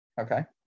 Okay